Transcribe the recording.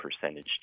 percentage